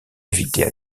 invités